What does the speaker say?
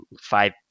five